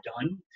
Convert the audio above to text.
done